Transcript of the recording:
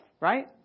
Right